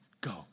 go